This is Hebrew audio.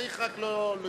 צריך רק לא לדבר.